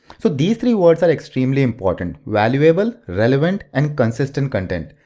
so these three words are extremely important, valuable, relevant and consistent content.